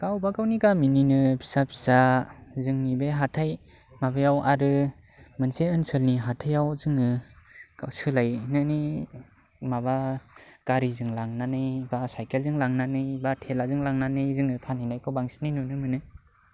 गावबागावनि गामिनिनो फिसा फिसा जोंनि बे हाथाय माबायाव आरो मोनसे ओनसोलनि हाथायाव जोङो सोलायनानै माबा गारिजों लांनानै बा साइकेलजों लांनानै बा थेलाजों लांनानै जोङो फानहैनायखौ बांसिनै नुनो मोनो